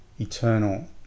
eternal